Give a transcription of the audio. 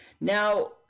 Now